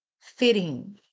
fitting